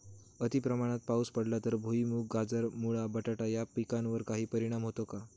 अतिप्रमाणात पाऊस पडला तर भुईमूग, गाजर, मुळा, बटाटा या पिकांवर काही परिणाम होतो का?